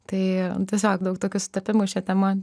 tai tiesiog daug tokių sutapimų šia tema